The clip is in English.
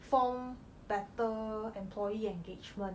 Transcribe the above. form better employee engagement